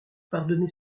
pardonnez